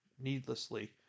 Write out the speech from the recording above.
needlessly